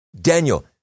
Daniel